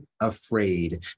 afraid